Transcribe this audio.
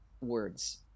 words